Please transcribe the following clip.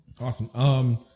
Awesome